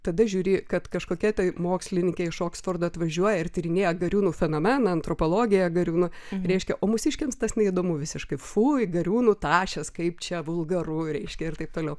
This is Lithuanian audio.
tada žiūri kad kažkokia tai mokslininkė iš oksfordo atvažiuoja ir tyrinėja gariūnų fenomeną antropologiją gariūnų reiškia o mūsiškiams tas neįdomu visiškai fui gariūnų tašės kaip čia vulgaru reiškia ir taip toliau